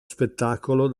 spettacolo